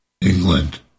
England